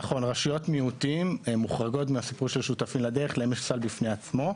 מראש הרשות יודעת מה אחוז המצ'ינג שלה.